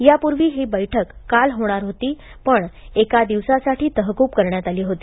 यापूर्वी ही बैठक काल होणार होती पण एका दिवसासाठी तहकूब करण्यात आली होती